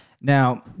Now